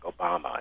Obama